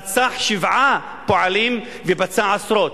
רצח שבעה פועלים ופצע עשרות.